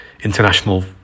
international